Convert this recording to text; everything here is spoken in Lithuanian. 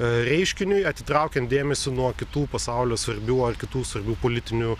reiškiniui atitraukiant dėmesį nuo kitų pasaulio svarbių ar kitų svarbių politinių